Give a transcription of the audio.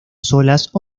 solas